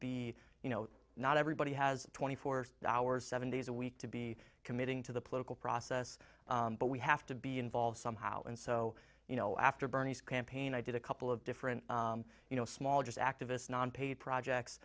be you know not everybody has twenty four hours seven days a week to be committing to the political process but we have to be involved somehow and so you know after bernie's campaign i did a couple of different you know small just activist non pa